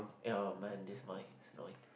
ya man this mate this mate